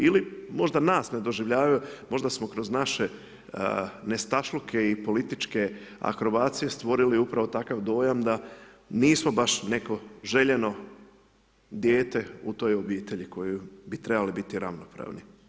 Ili možda nas ne doživljavaju, možda smo kroz naše nestašluke i političke akrobacije stvorili upravo takav dojam da nismo baš neko željeno dijete u toj obitelji u kojoj bi trebali biti ravnopravni.